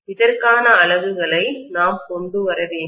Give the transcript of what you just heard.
இதற்கான அலகுகளை நாம் கொண்டு வர வேண்டும்